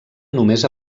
només